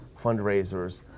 fundraisers